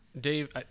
Dave